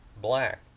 black